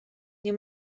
nie